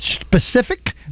specific